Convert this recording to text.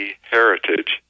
heritage